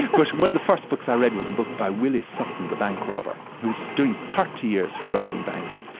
yeah one of the first books i read was a book by willie sutton, the bank robber, who was doing thirty years for robbing banks.